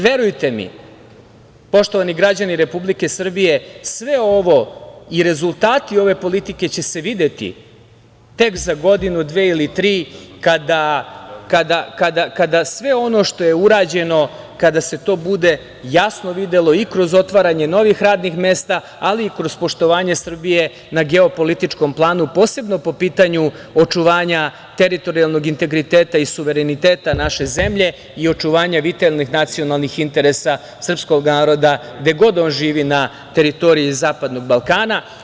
Verujte mi, poštovani građani Republike Srbije, rezultati ove politike će se videti tek za godinu, dve ili tri, kada sve ono što je urađeno, kada se to bude jasno videlo i kroz otvaranje novih radnih mesta, ali i kroz poštovanje Srbije na geopolitičkom planu, posebno po pitanju očuvanja teritorijalnog integriteta i suvereniteta naše zemlje i očuvanje vitalnih nacionalnih interesa srpskog naroda gde god on živi na teritoriji zapadnog Balkana.